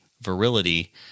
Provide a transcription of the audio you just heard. virility